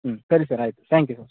ಹ್ಞೂ ಸರಿ ಸರ್ ಆಯಿತು ತ್ಯಾಂಕ್ ಯು ಸರ್